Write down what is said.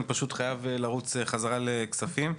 אני פשוט חייב לרוץ חזרה לוועדת כספים.